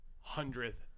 hundredth